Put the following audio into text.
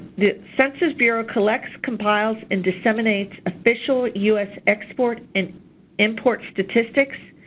the census bureau collects, compiles and disseminates official us export and import statistics.